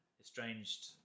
estranged